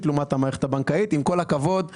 לעומת המערכת הבנקאית עם כל הכבוד לגודל,